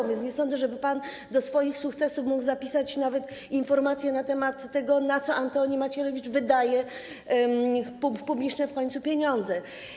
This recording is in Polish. A więc nie sądzę, żeby pan do swoich sukcesów mógł zapisać nawet informacje na temat tego, na co Antoni Macierewicz wydaje publiczne w końcu pieniądze.